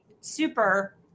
super